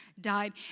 died